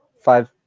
five